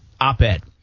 op-ed